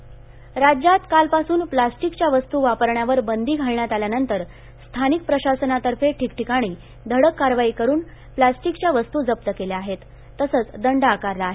plastic राज्यात कालपासून प्लास्टिकच्या वस्तू वापरण्यावर बंदी घालण्यात आल्यानंतर स्थानिक प्रशासनातर्फे ठिकठिकाणी धडक कारवाई करुन प्लास्टिकच्या वस्तू जप्त केल्या आहेत तसंच दंड आकारला आहे